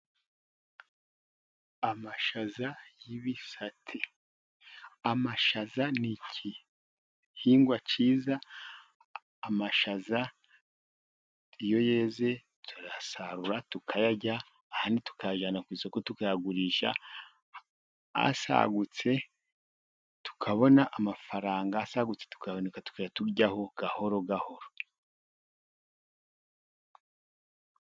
Amashaza y'ibisate. Amashaza ni igihingwa cyiza, amashaza iyo yeze turayasarura, tukayarya, ayandi tukayajyana ku isoko tukayagurisha, asagutse, tukabona amafaranga, asagutse tukayahunika, tukajya turyaho gahoro gahoro.